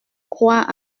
croire